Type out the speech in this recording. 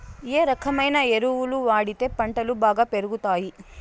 ఏ రకమైన ఎరువులు వాడితే పంటలు బాగా పెరుగుతాయి?